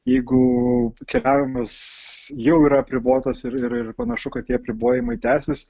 jeigu keliavimas jau yra apribotas ir ir ir panašu kad tie apribojimai tęsis